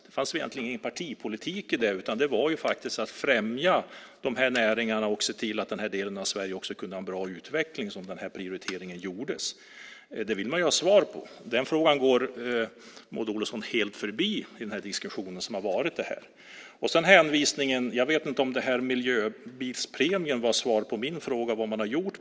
Det fanns egentligen ingen partipolitik i det, utan prioriteringen gjordes för att främja de här näringarna och se till att också den här delen av Sverige kunde ha en bra utveckling. Där vill man ha ett svar. Men den frågan går Maud Olofsson helt förbi i diskussionen här. Jag vet inte om hänvisningen till miljöbilspremien var ett svar på min fråga om vad man gjort.